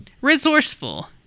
resourceful